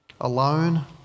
alone